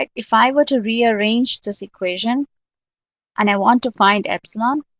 like if i were to rearrange this equation and i want to find epsilon,